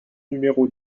numéro